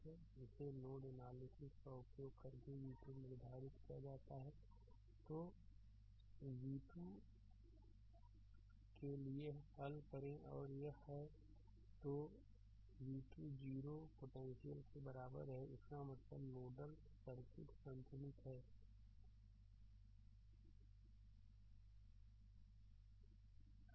Glossaryशब्दकोश English Word Word Meaning Node voltage node voltage node voltage Mesh mesh जाल Reference node potential reference node potential संदर्भ node विभव solution solution हल समाधान Substitute substitute प्रतिस्थापित Expression expression अभिव्यक्ति observ observe अवलोकन flow flow प्रवाह Polarities polarity ध्रुवता Automatically ऑटोमेटेकली स्वचालित Common कॉमन उभय निष्ठ Problem प्रॉब्लम समस्या Potential पोटेंशियल विभव Branch ब्रांच शाखा Nodal circuit nodal circuit nodal परिपथ complex circuit कॉन्प्लेक्स सर्किट जटिल परिपथ